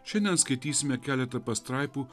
čia neskaitysime keletą pastraipų